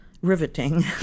riveting